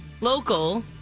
local